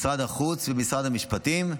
משרד החוץ ומשרד המשפטים,